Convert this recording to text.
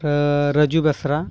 Raju Besra